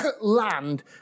land